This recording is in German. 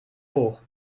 hoch